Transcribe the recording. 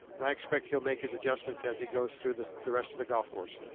and i expect he'll make his adjustments as you go through the the rest of the golf course.